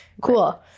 Cool